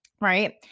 right